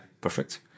perfect